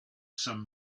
some